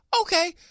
Okay